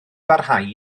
barhau